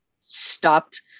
stopped